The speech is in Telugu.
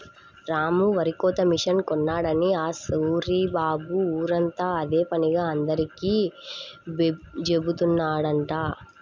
రాము వరికోత మిషన్ కొన్నాడని ఆ సూరిబాబు ఊరంతా అదే పనిగా అందరికీ జెబుతున్నాడంట